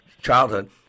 childhood